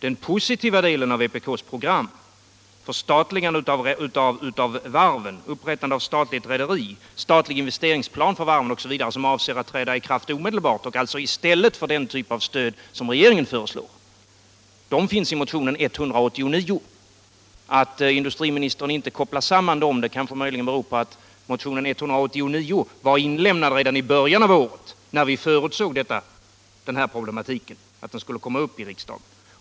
Den positiva delen av vpk:s program -— förstatligande av varven, upprättande av statligt rederi, statlig investeringsplan för varven — som var avsedd att träda i kraft omedelbart och alltså skulle sättas in i stället för den typ av stöd regeringen föreslår finns i motionen 189. Det förhållandet att industriministern inte kopplar samman dem beror möjligen på att motionen 189 var inlämnad redan i början av året när vi förutsåg att den här problematiken skulle komma upp i riksdagen.